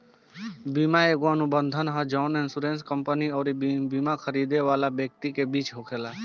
बीमा एगो अनुबंध ह जवन इन्शुरेंस कंपनी अउरी बिमा खरीदे वाला व्यक्ति के बीच में होखेला